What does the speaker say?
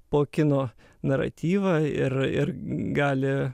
po kino naratyvą ir ir gali